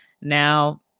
Now